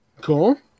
Cool